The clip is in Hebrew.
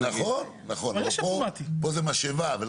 אבל פה זה משאבה.